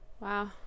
Wow